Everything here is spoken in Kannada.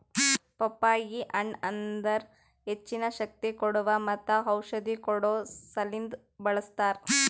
ಪಪ್ಪಾಯಿ ಹಣ್ಣ್ ಅದರ್ ಹೆಚ್ಚಿನ ಶಕ್ತಿ ಕೋಡುವಾ ಮತ್ತ ಔಷಧಿ ಕೊಡೋ ಸಲಿಂದ್ ಬಳ್ಸತಾರ್